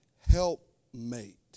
helpmate